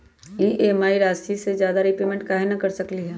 हम ई.एम.आई राशि से ज्यादा रीपेमेंट कहे न कर सकलि ह?